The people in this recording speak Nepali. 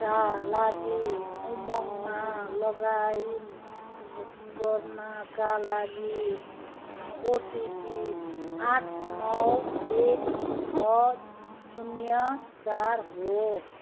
का लागि उमङमा लगाइन गर्नाका लागि ओटिपी आठ नौ एक छ शून्य चार हो